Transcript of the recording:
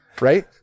right